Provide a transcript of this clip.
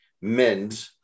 mend